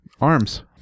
Arms